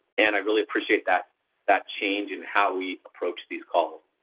and i really appreciate that that change and how we approach these calls.